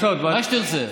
מה שתרצה.